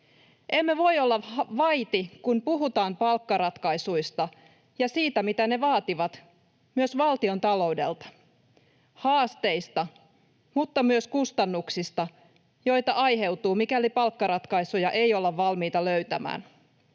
Emme voi olla vaiti, kun puhutaan palkkaratkaisuista ja siitä, mitä ne vaativat myös valtiontaloudelta — haasteista mutta myös kustannuksista, joita aiheutuu, mikäli palkkaratkaisuja ei olla valmiita löytämään.